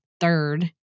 third